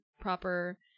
proper